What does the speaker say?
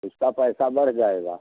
उसका पैसा बढ़ जाएगा